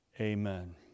amen